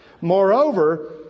Moreover